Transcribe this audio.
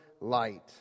light